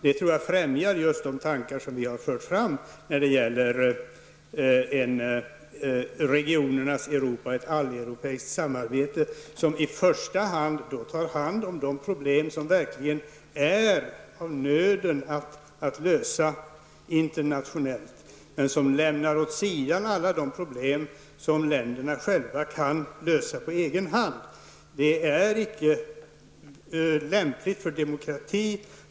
Det tror jag främjar just de tankar som vi har fört fram när det gäller ett regionernas Europa och ett alleuropeiskt samarbete, som då i första hand skall gälla de problem som det verkligen är av nöden att lösa internationellt men inte alla de problem som länderna själva kan lösa på egen hand. Det samarbetet är icke lämpligt för demokrati.